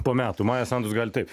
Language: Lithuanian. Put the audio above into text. po metų maja sandus gali taip